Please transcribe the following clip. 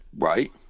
right